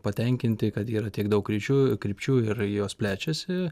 patenkinti kad yra tiek daug ryčių krypčių ir jos plečiasi